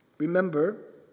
Remember